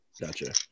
Gotcha